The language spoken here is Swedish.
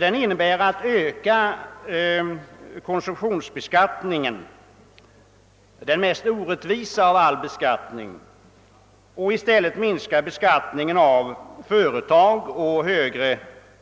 Den innebär en ökning av konsumtionsbeskattningen — den mest orättvisa av alla beskattningar — och i stället en minskad beskattning av företag och högre